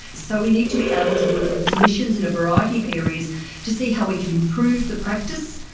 so we need to be able to work with clinicians in a variety of areas to see how we can improve the practice,